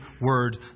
Word